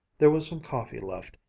there was some coffee left,